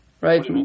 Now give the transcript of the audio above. Right